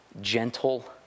gentle